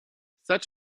such